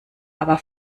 aber